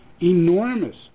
enormous